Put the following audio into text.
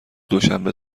دوشنبه